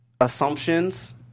assumptions